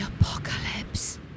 apocalypse